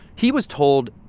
he was told,